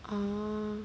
oh